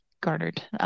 garnered